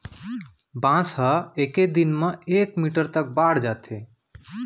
बांस ह एके दिन म एक मीटर तक बाड़ जाथे